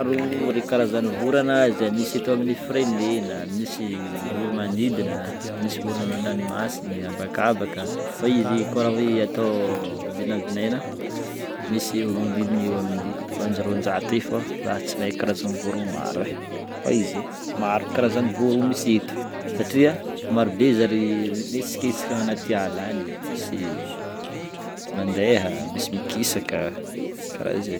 Maro reo karazana vorana zay misy eto amin'ny firenena. Misy voromanidina, misy vorona agny andranomasigny, habakabaka fa izy koa raha hoe atao vinavinaina misy eo magnodidigny eo amin'ny roanjaroanjato eo fô zah tsy mahay karazana vorogno maro e fa izy e maro karazana vorogno misy eto satria maro be zareo le hetsiketsiky agnaty ala any, misy mandeha, misy mikisaka karaha zay.